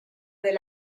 del